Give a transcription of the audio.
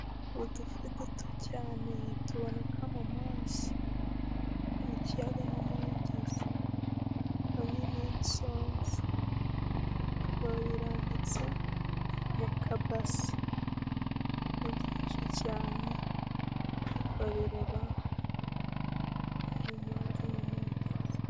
Udufi duto cyane tuboneka mu mazi mu kiyaga no mugezi hamwe n'insonza, babirambitse mu kabasi ni byinshi cyane babiroba mu mazi no mugezi.